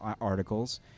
articles